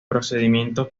procedimiento